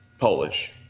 Polish